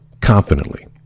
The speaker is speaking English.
confidently